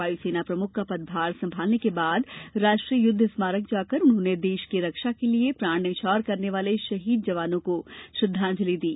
वायुसेना प्रमुख का पदभार संभालने के बाद राष्ट्रीय युद्व स्मारक जाकर उन्होंने देश की रक्षा के लिए प्राण न्यौछावर करने वाले शहीद जवानों को श्रद्वांजलि दी